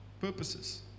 purposes